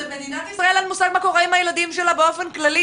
אבל למדינת ישראל אין מושג מה קורה עם הילדים שלה באופן כללי,